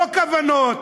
לא כוונות,